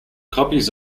copies